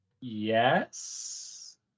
yes